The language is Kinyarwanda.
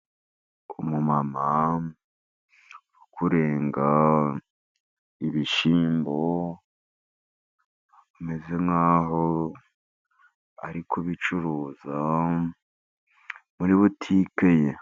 Umumama uri kurenga ibishyimbo umeze nk'aho ari kubicuruza muri butike ye.